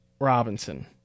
Robinson